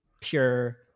pure